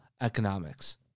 economics